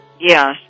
Yes